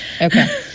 Okay